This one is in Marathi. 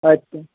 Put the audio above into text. अच्छा